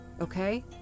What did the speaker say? okay